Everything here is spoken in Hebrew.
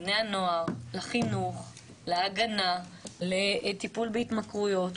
לבני הנוער, לחינוך, להגנה, לטיפול בהתמכרויות.